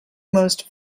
most